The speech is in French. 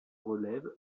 relève